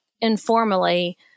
informally